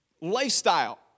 lifestyle